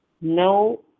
no